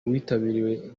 witabiriwe